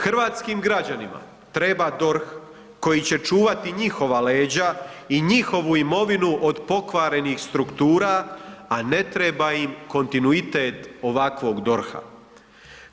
Hrvatskim građanima treba DORH koji će čuvati njihova leđa i njihovu imovinu od pokvarenih struktura, a ne treba im kontinuitet ovakvog DORH-a.